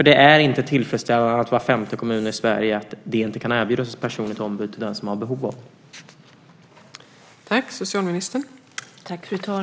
Det är inte tillfredsställande att det i var femte kommun i Sverige inte kan erbjudas ett personligt ombud till den som har behov av det.